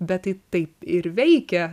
bet tai taip ir veikia